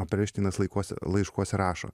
o perelšteinas laikuose laiškuose rašo